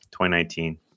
2019